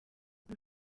uru